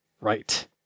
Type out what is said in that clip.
right